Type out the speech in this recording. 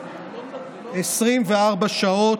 24 שעות,